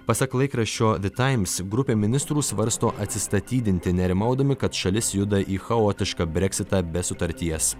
pasak laikraščio vetaims grupė ministrų svarsto atsistatydinti nerimaudami kad šalis juda į chaotišką breksitą be sutarties